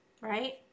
right